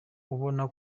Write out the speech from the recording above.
ubona